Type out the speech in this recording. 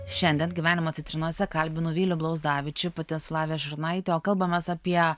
šiandien gyvenimo citrinose kalbinu vylių blauzdavičių pati esu lavija šurnaitė o kalbamės apie